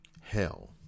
Hell